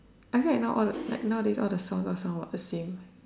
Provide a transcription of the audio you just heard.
I feel like now all the like nowadays all the songs all sound about the same